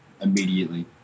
immediately